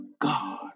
God